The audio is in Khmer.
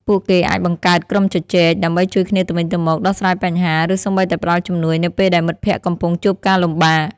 ពួកគេអាចបង្កើត ក្រុមជជែក ដើម្បីជួយគ្នាទៅវិញទៅមក ដោះស្រាយបញ្ហា ឬសូម្បីតែផ្តល់ជំនួយនៅពេលដែលមិត្តភ័ក្តិកំពុងជួបការលំបាក ។